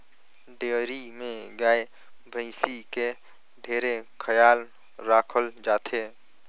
dairy में गाय, भइसी के ढेरे खयाल राखल जाथे